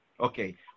Okay